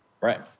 Right